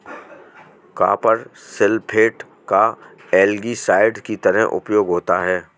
copper sulphate का algicide की तरह उपयोग होता है